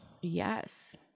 Yes